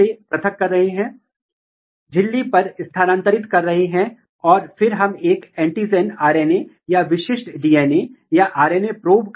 वे बहुत छोटी जड़ बनाते हैं जिसका अर्थ है कि PLETHORA1 और PLETHORA2 दोनों वे जड़ विकास और उनमें से एकल उत्परिवर्ती को विनियमित करने के लिए आनुवंशिक रूप से रिडंडेंट तरीके से काम कर रहे हैं इसका एक महत्वपूर्ण प्रभाव नहीं है